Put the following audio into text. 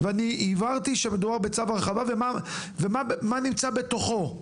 ואני הבהרתי שמדובר בצו הרחבה, ומה נמצא בתוכו.